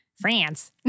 France